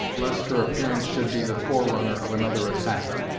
lest her appearance should be the forerunner of another attack.